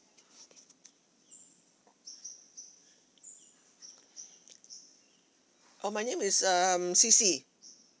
orh my name is um ceci